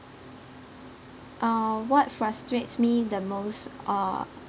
uh what frustrates me the most are